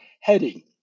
heading